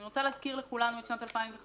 אני רוצה להזכיר לכולנו את שנת 2015,